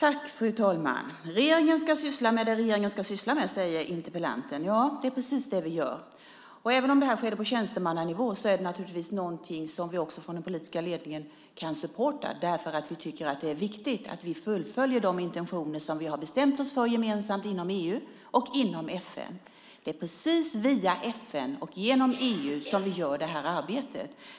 Fru talman! Regeringen ska syssla med det regeringen ska syssla med, säger interpellanten. Ja, det är precis det vi gör. Även om det här skedde på tjänstemannanivå är det naturligtvis någonting som vi från den politiska ledningen kan supporta, därför att vi tycker att det är viktigt att vi fullföljer de intentioner som vi har bestämt oss för gemensamt inom EU och inom FN. Det är precis via FN och genom EU som vi gör det här arbetet.